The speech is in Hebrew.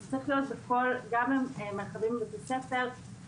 זה צריך להיות במרחבים של בית הספר וגם